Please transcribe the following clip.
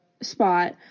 Spot